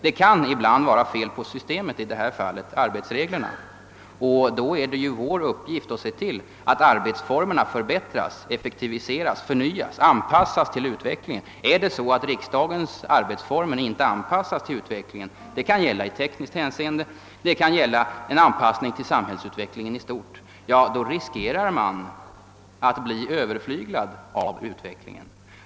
Det kan ibland vara fel på systemet — i detta fall arbetsreglerna — och då är det vår uppgift att se till, att arbetsformerna förbättras, effektiviseras, förnyas, anpassas till utvecklingen. Om riksdagens arbetsformer inte anpassas till utvecklingen — det kan gälla i tekniskt hänseende, det kan gälla en anpassning till samhällsutvecklingen i stort — riskerar man att bli överflyglad av utvecklingen.